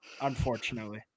unfortunately